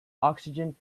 oxygen